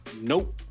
nope